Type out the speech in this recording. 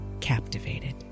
captivated